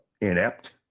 inept